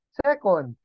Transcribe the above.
second